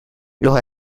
los